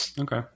Okay